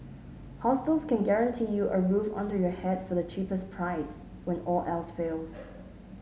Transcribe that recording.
hostels can guarantee you a roof under your head for the cheapest price when all else fails